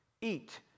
Eat